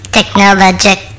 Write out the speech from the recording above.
Technologic